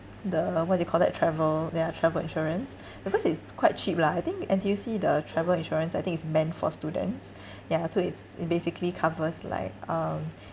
the what do you call that travel ya travel insurance because it's quite cheap lah I think N_T_U_C the travel insurance I think it's meant for students ya so it's it basically covers like um